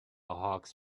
hawks